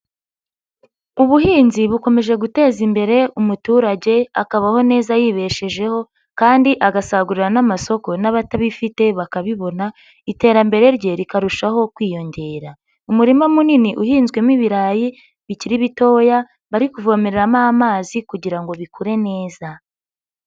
Ubuhinzi bukomeje guteza imbere umuturage akabaho neza yibeshejeho kandi agasagurira n'amasoko n'abatabifite bakabibona iterambere rye rikarushaho kwiyongera. Umurima munini uhinzwemo ibirayi bikiri bitoya bari kuvomereramo amazi kugira ngo bikure neza.